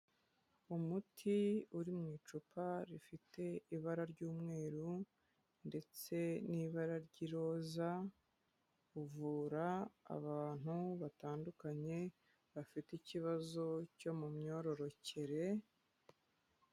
Umuti uri mu icupa rifite ibara ry'umweru ndetse n'ibara ry'iroza, uvura abantu batandukanye bafite ikibazo cyo mu myororokere.